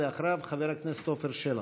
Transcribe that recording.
אחריו, חבר הכנסת עפר שלח.